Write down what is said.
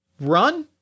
run